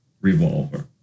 revolver